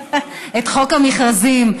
את חוק המכרזים,